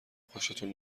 خوشتون